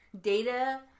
data